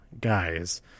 guys